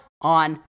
on